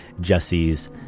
jesse's